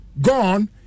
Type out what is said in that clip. gone